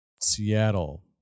Seattle